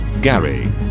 gary